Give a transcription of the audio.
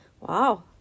Wow